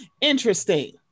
interesting